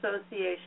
Association